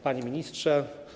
Panie Ministrze!